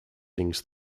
sings